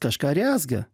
kažką rezga